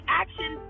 action